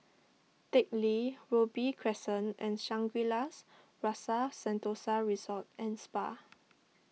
Teck Lee Robey Crescent and Shangri La's Rasa Sentosa Resort and Spa